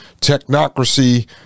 technocracy